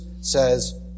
says